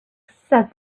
said